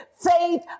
faith